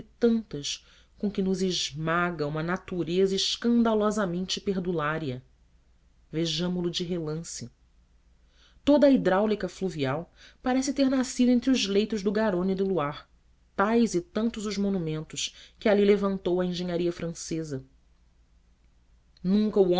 tantas com que nos esmaga uma natureza escandalosamente perdulária vejamo lo de relance toda a hidráulica fluvial parece ter nascido entre os leitos do garonne e do loire tais e tantos os monumentos que ali levantou a engenharia francesa nunca o